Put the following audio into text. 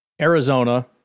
Arizona